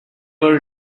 were